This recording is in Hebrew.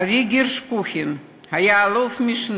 אבי, גירש קוכין, היה אלוף-משנה.